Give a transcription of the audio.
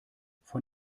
von